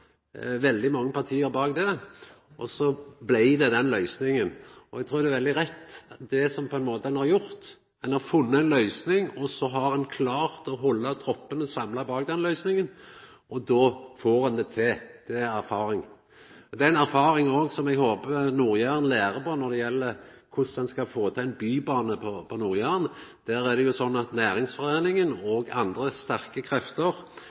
veldig mange parti bak det, og så blei det den løysinga. Eg trur det er veldig rett, det som ein har gjort: Ein har funne ei løysing, og så har ein klart å halda troppane samla bak denne løysinga. Då får ein det til. Det er ei erfaring. Det er ei erfaring som eg òg håpar Nord-Jæren lærer av når det gjeld korleis ein skal få til ein bybane på Nord-Jæren. Der er det jo sånn at næringsforeininga og andre sterke krefter,